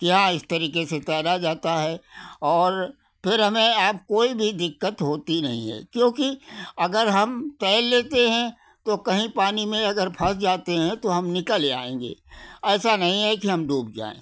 कि हाँ इस तरीके से तैरा जाता है और फिर हमें अब कोई भी दिक्कत होती नहीं है क्योंकि अगर हम तैर लेते हैं तो कहीं पानी में अगर फँस जाते हैं तो हम निकल आएँगे ऐसा नहीं है कि हम डूब जाएँ